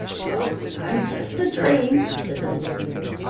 oh, i'm just a dream, said the little figure.